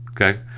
Okay